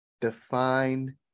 define